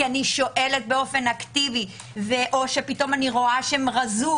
אני שואלת באופן אקטיבי או פתאום אני רואה שהם רזו